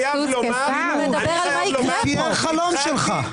הוא מדבר על מה יקרה פה.